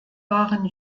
waren